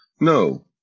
no